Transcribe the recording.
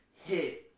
hit